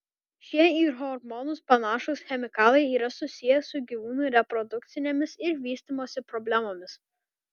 šie į hormonus panašūs chemikalai yra susiję su gyvūnų reprodukcinėmis ir vystymosi problemomis